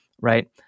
Right